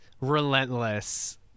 relentless